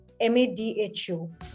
M-A-D-H-U